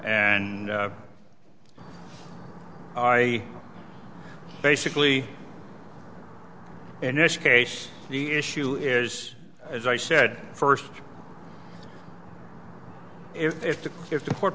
and i basically in this case the issue is as i said first if the if the court